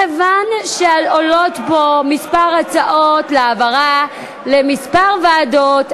מכיוון שעולות פה כמה הצעות להעברה לכמה ועדות,